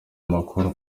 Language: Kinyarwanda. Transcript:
amakuru